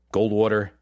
Goldwater